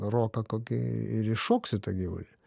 roką kokį ir iššoksiu tą gyvulį